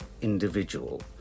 individual